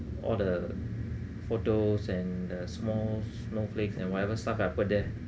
all the photos and uh small snowflakes and whatever stuff ah I put there